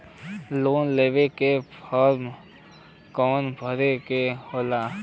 Loan लेवे के form कौन भरे के होला?